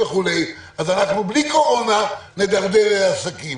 אז אנחנו בלי קורונה נדרדר עסקים.